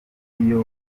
iyo